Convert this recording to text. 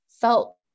felt